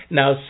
now